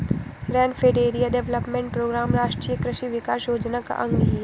rainfed area development programme राष्ट्रीय कृषि विकास योजना का अंग ही है